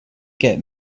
get